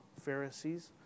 Pharisees